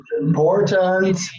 important